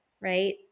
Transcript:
right